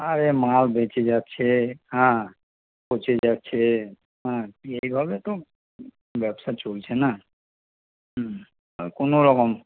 আরে মাল বেচে যাচ্ছে হ্যাঁ পচে যাচ্ছে হ্যাঁ তো এইভাবে তো ব্যবসা চলছে না হুম কোনোরকম